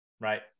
right